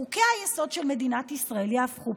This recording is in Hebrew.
חוקי-היסוד של מדינת ישראל יהפכו,